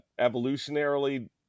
Evolutionarily